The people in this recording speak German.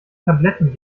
tabletten